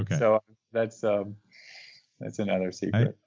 so that's ah that's another secret.